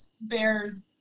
bears